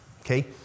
okay